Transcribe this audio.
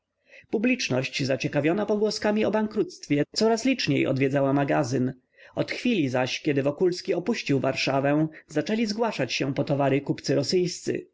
publiczność zaciekawiona pogłoskami o bankructwie coraz liczniej odwiedzała magazyn od chwili zaś kiedy wokulski opuścił warszawę zaczęli zgłaszać się po towary kupcy rosyjscy